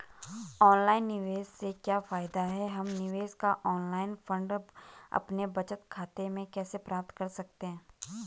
Online निवेश से क्या फायदा है हम निवेश का ऑनलाइन फंड अपने बचत खाते में कैसे प्राप्त कर सकते हैं?